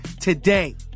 today